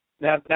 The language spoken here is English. now